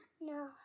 No